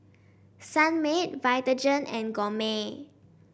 Sunmaid Vitagen and Gourmet